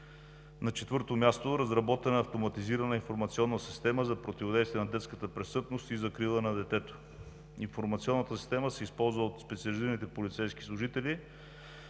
На четвърто място, разработена е Автоматизирана информационна система за противодействие на детската престъпност и закрила на детето. Информационната система се използва от специализираните полицейски служители